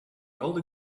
older